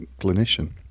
clinician